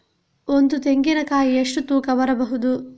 ಒಂದು ತೆಂಗಿನ ಕಾಯಿ ಎಷ್ಟು ತೂಕ ಬರಬಹುದು?